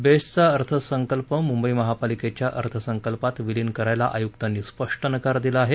बेस्टचा अर्थसंकल्प मुंबई महापालिकेच्या अर्थसंकल्पात विलीन करायला आयुक्रांनी स्पष्ट नकार दिला आहे